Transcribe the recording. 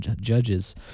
judges